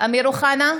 אמיר אוחנה,